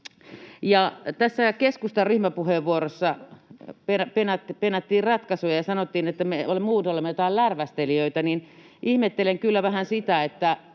keskustan ryhmäpuheenvuorossa penättiin ratkaisuja ja sanottiin, että me muut olemme jotain lärvästelijöitä. Ihmettelen kyllä vähän sitä,